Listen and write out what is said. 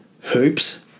Hoops